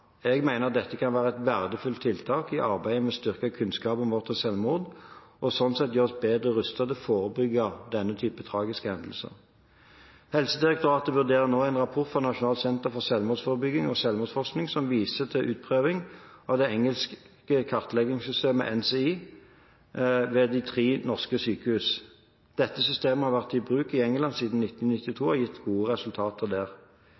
jeg mener dette kan være et verdifullt tiltak i arbeidet med å styrke kunnskapen vår om selvmord og sånn sett gjøre oss bedre rustet til å forebygge denne type tragiske hendelser. Helsedirektoratet vurderer nå en rapport fra Nasjonalt senter for selvmordsforskning og -forebygging som viser til utprøving av det engelske kartleggingssystemet NCI ved tre norske sykehus. Dette systemet har vært i bruk i England siden 1992 og har gitt gode resultater der.